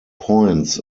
points